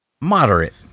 Moderate